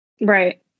Right